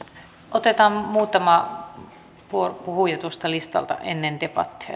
otetaan muutama puhuja tuosta listalta ennen debattia